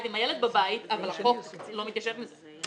עם הילדים אבל החוק לא מתיישב עם זה.